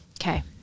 Okay